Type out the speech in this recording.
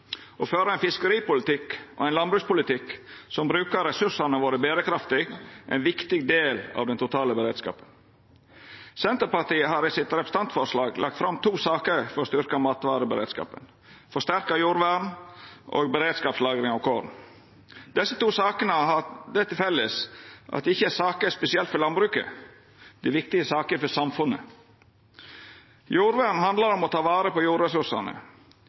Å føra ein fiskeripolitikk og ein landbrukspolitikk som brukar ressursane våre berekraftig, er ein viktig del av den totale beredskapen. Senterpartiet har i sitt representantforslag lagt fram to saker for å styrkja matvareberedskapen: forsterka jordvern og beredskapslagring av korn. Desse to sakene har det til felles at det ikkje er saker spesielt for landbruket. Det er viktige saker for samfunnet. Jordvern handlar om å ta vare på jordressursane.